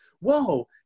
whoa